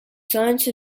science